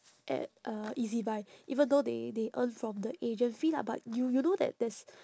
at uh ezbuy even though they they earn from the agent fee lah but you you know that there's